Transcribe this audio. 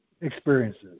experiences